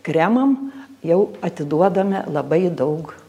kremam jau atiduodame labai daug